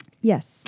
Yes